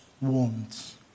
wounds